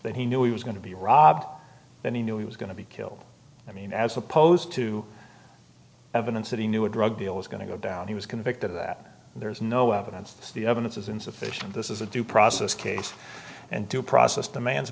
that he knew he was going to be robbed that he knew he was going to be killed i mean as opposed to evidence that he knew a drug deal was going to go down he was convicted that there's no evidence the evidence is insufficient this is a due process case and due process demands